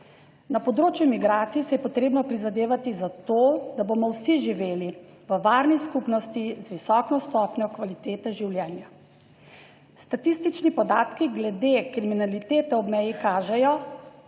Na področju migracij se je potrebno prizadevati za to, da bomo vsi živeli v varni skupnosti z visoko stopnjo kvalitete življenja. Statistični podatki glede kriminalitete ob meji kažejo,